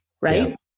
right